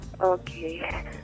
Okay